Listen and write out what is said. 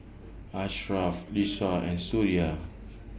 Ashraf Lisa and Suria